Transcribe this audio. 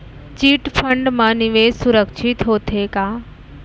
Chit fund मा निवेश सुरक्षित होथे का?